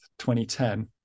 2010